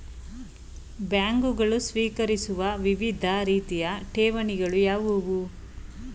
ಬ್ಯಾಂಕುಗಳು ಸ್ವೀಕರಿಸುವ ವಿವಿಧ ರೀತಿಯ ಠೇವಣಿಗಳು ಯಾವುವು?